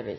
det.